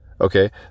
okay